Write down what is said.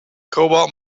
cobalt